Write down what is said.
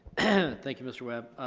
thank you, mr. webb.